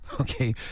Okay